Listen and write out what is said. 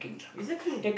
exactly